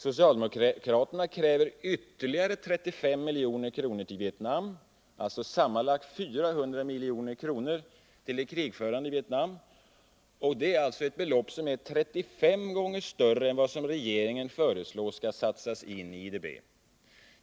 Socialdemokraterna kräver ytterligare 35 milj.kr. till Vietnam — alltså sammanlagt 400 milj.kr. till ett krigförande Vietnam. Det är alltså ett belopp som är 35 gånger större än det som regeringen föreslår skall satsas i IDB.